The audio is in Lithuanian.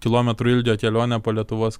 kilometrų ilgio kelionę po lietuvos